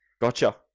Gotcha